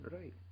right